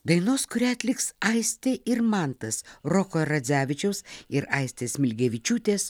dainos kurią atliks aistė ir mantas roko radzevičiaus ir aistės smilgevičiūtės